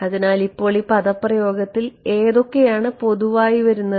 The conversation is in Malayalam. അതിനാൽ ഇപ്പോൾ ഈ പദപ്രയോഗത്തിൽ ഏതൊക്കെയാണ് പൊതുവായി വരുന്നത്